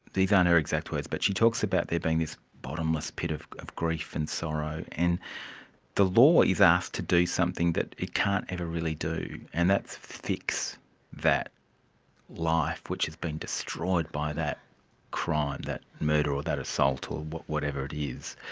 these aren't her exact words, but she talks about there being this bottomless pit of of grief and sorrow. and the law is asked to do something that it can't ever really do, and that's fix that life which has been destroyed by that crime, that murder or that assault or whatever it is,